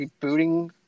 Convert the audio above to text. rebooting